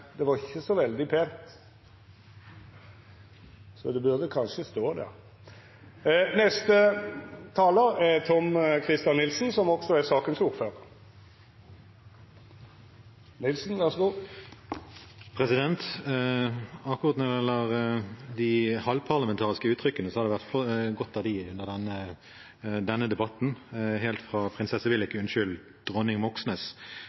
det var ikkje så veldig pent, så det burde kanskje stått der. Akkurat når det gjelder de halvparlamentariske uttrykkene, har det vært godt med dem under denne debatten, helt fra prinsesse Vil Ikke – unnskyld, dronning Moxnes